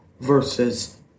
versus